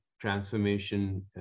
transformation